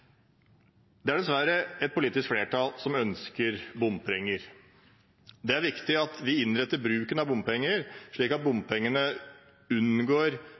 Det er dessverre et politisk flertall som ønsker bompenger. Det er viktig at vi innretter bruken av bompenger slik at man med bompengene unngår